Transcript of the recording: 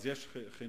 אז יש חינוך,